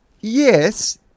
Yes